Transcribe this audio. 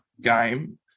game